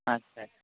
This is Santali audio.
ᱟᱪᱪᱷᱟ